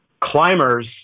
Climbers